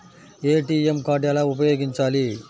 ATM card ఎలా ఉపయోగించాలి?